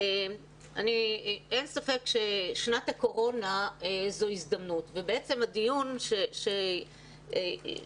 אין ספק ששנת הקורונה זו הזדמנות ובעצם הדיון שאנחנו